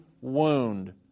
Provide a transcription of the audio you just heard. wound